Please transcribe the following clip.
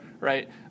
Right